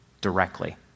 directly